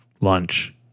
lunch